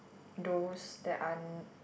those that are